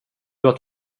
att